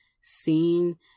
seen